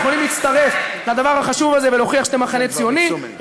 אתם יכולים להצטרף לדבר החשוב הזה ולהוכיח שאתם מחנה ציוני,